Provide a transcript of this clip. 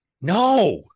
no